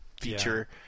feature